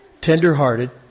tender-hearted